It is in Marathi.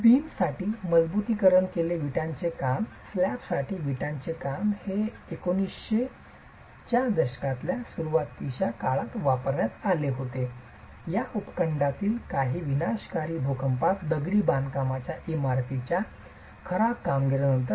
बीम साठी मजबुतीकरण केलेले विटांचे काम आणि स्लॅबसाठी विटांचे काम हे 1900 च्या दशकाच्या सुरूवातीच्या काळात वापरण्यात आले होते या उपखंडातील काही विनाशकारी भूकंपात दगडी बांधकामाच्या इमारतींच्या खराब कामगिरीनंतर